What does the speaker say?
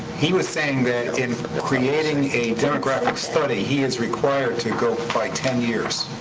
he was saying that in creating a demographic study. he is required to go by ten years.